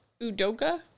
Udoka